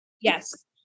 Yes